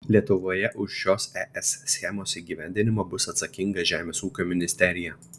lietuvoje už šios es schemos įgyvendinimą bus atsakinga žemės ūkio ministerija